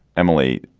emily,